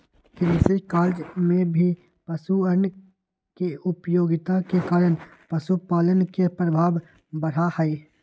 कृषिकार्य में भी पशुअन के उपयोगिता के कारण पशुपालन के प्रभाव बढ़ा हई